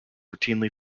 routinely